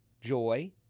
joy